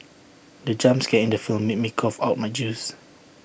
the jump scare in the film made me cough out my juice